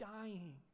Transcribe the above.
dying